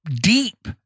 deep